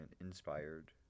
inspired